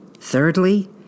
Thirdly